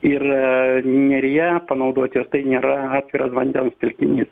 ir neryje panaudoti juos tai nėra atviras vandens telkinys